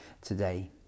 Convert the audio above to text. today